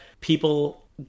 people